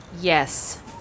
Yes